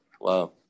Wow